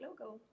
logo